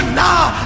nah